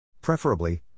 Preferably